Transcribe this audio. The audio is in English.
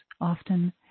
often